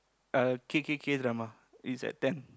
uh K K K drama it's at ten